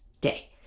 day